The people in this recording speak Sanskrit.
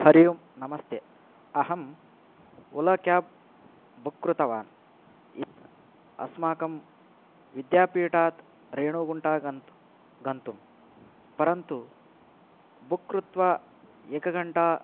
हरि ओम् नमस्ते अहं ओला क्याब् बुक् कृतवान् अस्माकं विद्यापीठात् रेणिगुण्टां गन्तुं परन्तु बुक् कृत्वा एक घण्टा